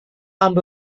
amb